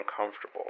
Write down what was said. uncomfortable